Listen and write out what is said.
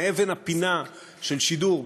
מאבן הפינה של שידור,